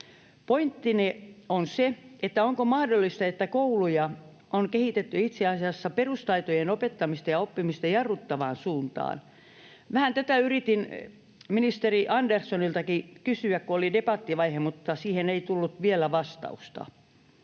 Pointtini on se, että onko mahdollista, että kouluja on kehitetty itse asiassa perustaitojen opettamista ja oppimista jarruttavaan suuntaan. Vähän tätä yritin ministeri Anderssoniltakin kysyä, kun oli debattivaihe, mutta siihen ei tullut vielä vastausta.